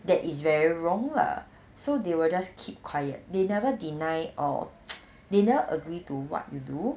that is very wrong lah so they will just keep quiet they never deny or they never agree to what you do